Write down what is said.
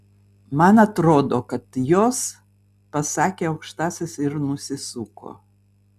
man atrodo kad jos pasakė aukštasis ir nusisuko